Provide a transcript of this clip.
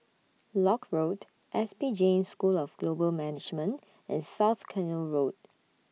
Lock Road S P Jain School of Global Management and South Canal Road